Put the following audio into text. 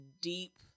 deep